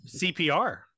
cpr